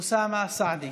אוסאמה סעדי,